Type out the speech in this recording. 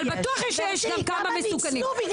אבל בטוח יש כמה מסוכנים.